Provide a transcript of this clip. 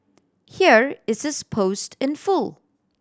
here is his post in full